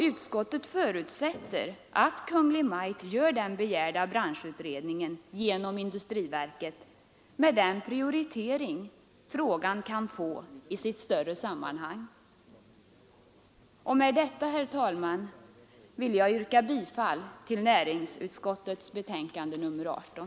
Utskottet förutsätter att Kungl. Maj:t gör den begärda branschutredningen genom industriverket med den prioritering frågan kan få i sitt större sammanhang. Med detta, herr talman, vill jag yrka bifall till näringsutskottets hemställan i betänkandet nr 18.